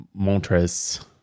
Montres